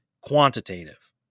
Quantitative